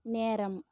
நேரம்